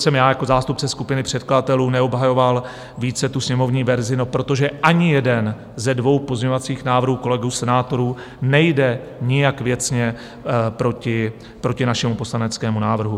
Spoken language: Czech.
jsem já jako zástupce skupiny předkladatelů neobhajoval více tu sněmovní verzi: no, protože ani jeden ze dvou pozměňovacích návrhů kolegů senátorů nejde nijak věcně proti našemu poslaneckému návrhu.